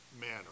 manner